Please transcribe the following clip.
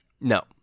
No